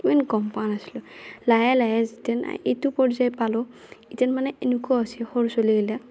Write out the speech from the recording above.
ইমান গম পোৱা নাছিলোঁ লাহে লাহে যিতেন এইটো পৰ্যায় পালোঁ ইতেন মানে এনেকুৱা হৈছি সৰু চলি গিলাক